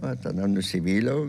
o tada nusivyliau